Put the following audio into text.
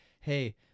Hey